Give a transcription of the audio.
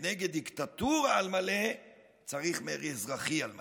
ונגד דיקטטורה על מלא צריך מרי אזרחי על מלא.